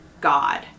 God